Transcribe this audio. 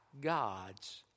God's